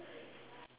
I don't have it